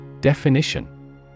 Definition